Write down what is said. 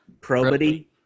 Probity